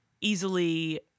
Easily